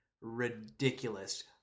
ridiculous